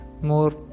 more